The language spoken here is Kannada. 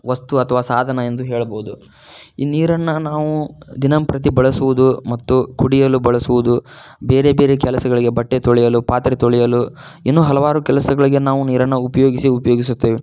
ವಸ್ತು ಅಥವಾ ಸಾಧನ ಎಂದು ಹೇಳ್ಬೋದು ಈ ನೀರನ್ನು ನಾವು ದಿನಂಪ್ರತಿ ಬಳಸುವುದು ಮತ್ತು ಕುಡಿಯಲು ಬಳಸುವುದು ಬೇರೆ ಬೇರೆ ಕೆಲಸಗಳಿಗೆ ಬಟ್ಟೆ ತೊಳೆಯಲು ಪಾತ್ರೆ ತೊಳೆಯಲು ಇನ್ನೂ ಹಲವಾರು ಕೆಲಸಗಳಿಗೆ ನಾವು ನೀರನ್ನು ಉಪಯೋಗಿಸಿ ಉಪಯೋಗಿಸುತ್ತೇವೆ